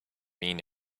mean